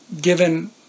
given